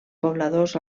pobladors